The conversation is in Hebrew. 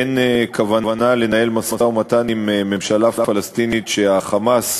אין כוונה לנהל משא-ומתן עם ממשלה פלסטינית שה"חמאס",